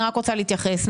אני רק רוצה להתייחס.